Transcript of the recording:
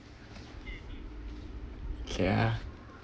okay ah